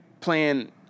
playing